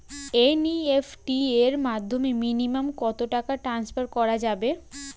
NEFT এর মাধ্যমে minimum কত টাকা টান্সফার করা যাবে?